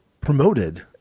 promoted